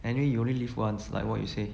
anyway you only live once like what you say